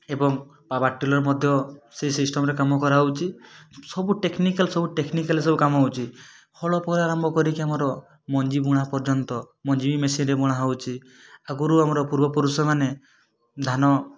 ଏବଂ power tiller ମଧ୍ୟ ସେଇ ସିଷ୍ଟମ୍ ରେ କାମ କରାହଉଛି ସବୁ ଟେକ୍ନିକାଲ୍ ସବୁ ଟେକ୍ନିକାଲ୍ ସବୁ କାମହଉଛି ହଳ ପୁରା କାମ କରିକି ଆମର ମଞ୍ଜି ବୁଣା ପର୍ଯ୍ୟନ୍ତ ମଞ୍ଜି ବି ମେସିନ୍ ରେ ବୁଣା ହଉଛି ଆଗରୁ ଆମର ପୂର୍ବପୁରୁଷ ମାନେ ଧାନ